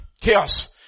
Chaos